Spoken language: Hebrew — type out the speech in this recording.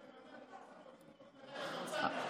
חמצן,